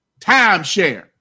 Timeshare